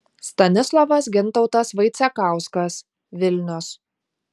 stanislovas gintautas vaicekauskas vilnius